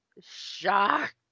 shocked